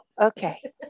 okay